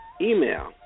email